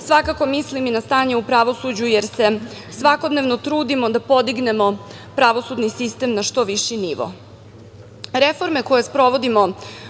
svakako mislim na stanje u pravosuđu, jer se svakodnevno trudimo da podignemo pravosudni sistem na što viši